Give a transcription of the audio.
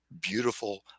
beautiful